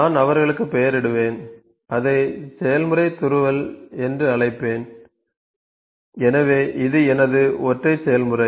நான் அவர்களுக்கு பெயரிடுவேன் அதை செயல்முறை துருவல் என்று அழைப்பேன் எனவே இது எனது ஒற்றை செயல்முறை